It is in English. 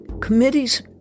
committees